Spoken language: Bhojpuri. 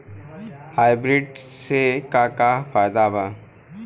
हाइब्रिड से का का फायदा बा?